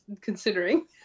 considering